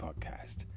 Podcast